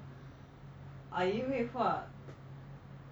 阿姨会画